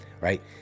right